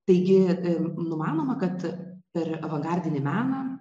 taigi ir numanoma kad per avangardinį meną